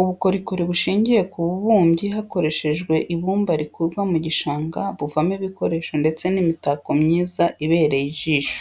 Ubukorikori bushingiye ku bubumbyi, hakoreshejwe ibumba rikurwa mu gishanga, buvamo ibikoresho ndetse n'imitako myiza ibereye ijisho,